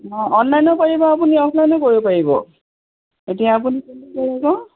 অঁ অনলাইনো কৰিব আপুনি অফলাইনো কৰিব পাৰিব এতিয়া আপুনি কোনটো কৰে আকৌ